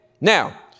Now